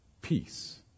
peace